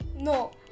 No